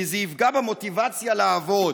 כי זה "יפגע במוטיבציה לעבוד".